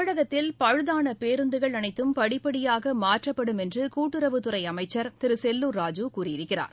தமிழகத்தில் பழுதான பேருந்துகள் அனைத்தும் படிப்படியாக மாற்றப்படும் என்று கூட்டுறவுத் துறை அமைசசர் திரு செல்லூர் ராஜு கூறியருக்கிறார்